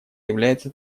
является